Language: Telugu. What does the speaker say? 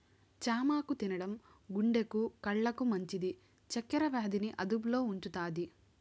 చామాకు తినడం గుండెకు, కండ్లకు మంచిది, చక్కర వ్యాధి ని అదుపులో ఉంచుతాది